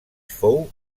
fou